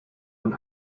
und